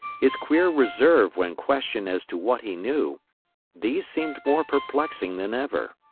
his queer reserve when questioned as to what he knew these seemed more perplexing than ever.